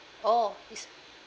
oh is